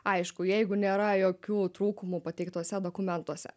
aišku jeigu nėra jokių trūkumų pateiktuose dokumentuose